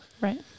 right